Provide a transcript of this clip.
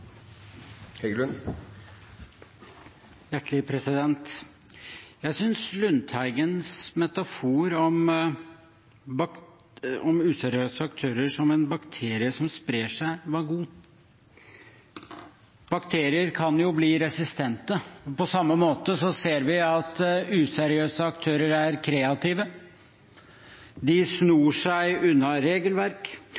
Jeg synes representanten Lundteigens metafor om useriøse aktører som en bakterie som sprer seg, var god. Bakterier kan jo bli resistente. På samme måte ser vi at useriøse aktører er kreative, de